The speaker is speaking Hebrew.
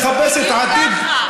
שמחפשת עתיד, זה בדיוק ככה.